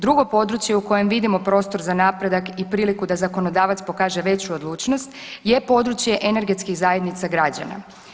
Drugo područje u kojem vidimo prostor za napredak i priliku da zakonodavac pokaže veću odlučnost je područje energetskih zajednica građana.